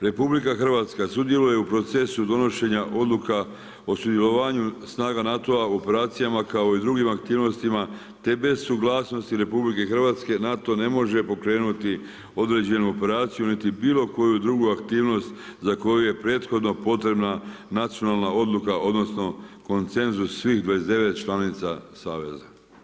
Republika Hrvatska sudjeluje u procesu donošenja odluka o sudjelovanju snaga NATO-a u operacijama kao i drugim aktivnostima, te bez suglasnosti RH NATO ne može pokrenuti određenu operaciju niti bilo koju drugu aktivnost za koju je prethodno potrebna nacionalna odluka, odnosno konsenzus svih 29 članica saveza.